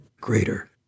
greater